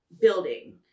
building